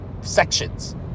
sections